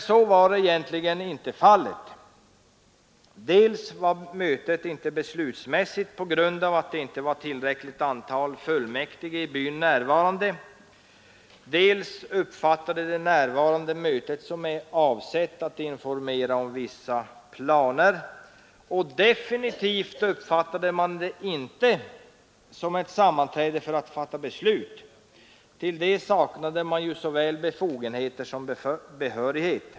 Så var nu inte fallet; dels var mötet inte beslutsmässigt på grund av att det inte var tillräckligt antal fullmäktige i byn närvarande, dels uppfattade de närvarande mötet som avsett att informera om vissa planer och definitivt inte som ett sammanträde för att fatta beslut — till det saknade man ju såväl befogenhet som behörighet.